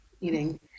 eating